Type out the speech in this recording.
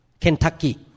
Kentucky